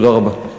תודה רבה.